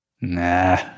Nah